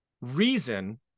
reason